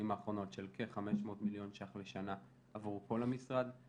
האחרונות של כ-500 מיליון ₪ לשנה עבור כל המשרד.